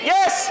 Yes